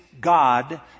God